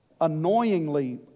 annoyingly